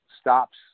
stops